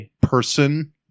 person